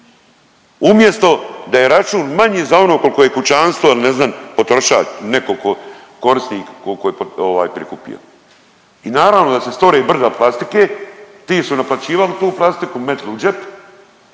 umjesto da je račun manji za ono koliko je kućanstvo ne znam potrošač nekog tko koristi koliko je ovaj prikupio. I naravno da se stvore brda plastike, ti su naplaćivali tu plastiku, metli u džep